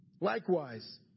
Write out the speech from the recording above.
Likewise